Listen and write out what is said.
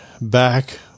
back